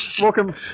Welcome